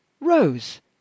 Rose